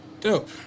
Dope